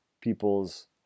people's